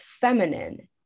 feminine